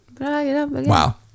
Wow